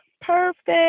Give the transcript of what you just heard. Perfect